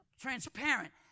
transparent